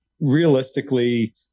realistically